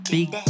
Big